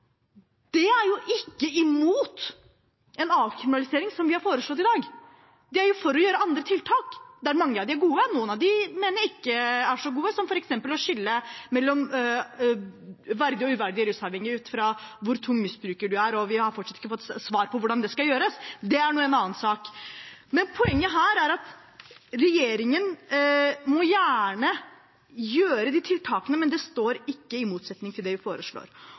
er ikke imot en avkriminalisering, som vi har foreslått i dag. De er for å gjøre andre tiltak; mange av dem er gode, noen av dem mener jeg ikke er så gode – som å skille mellom verdige og uverdige rusavhengig ut fra hvor tung misbruker du er. Vi har fortsatt ikke fått svar på hvordan det skal gjøres, men det er nå en annen sak. Poenget her er at regjeringen gjerne må gjøre de tiltakene, men at de ikke står i motsetning til det vi foreslår.